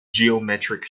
geometric